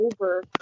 over